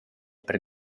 per